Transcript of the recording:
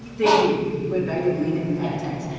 they do but i didn't mean it in that text.